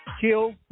Kill